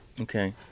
Okay